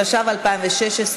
התשע"ו 2016,